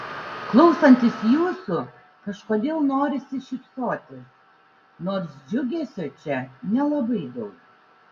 klausantis jūsų kažkodėl norisi šypsotis nors džiugesio čia nelabai daug